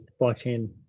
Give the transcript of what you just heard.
blockchain